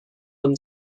them